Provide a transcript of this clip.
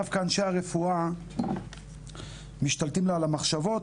דווקא אנשי הרפואה משתלטים לה על המחשבות.